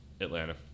Atlanta